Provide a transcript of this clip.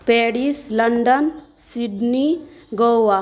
Paris London Sydney Goa